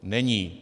Není!